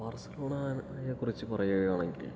ബാർസലോണയെക്കുറിച്ച് പറയുകയാണെങ്കിൽ